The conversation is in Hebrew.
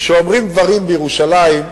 כשאומרים דברים בירושלים,